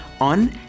on